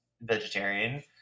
vegetarian